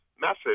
message